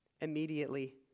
Immediately